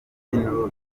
bikaba